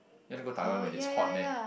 you want to go Taiwan when it's hot meh